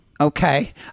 Okay